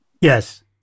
Yes